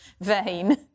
vain